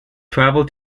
travel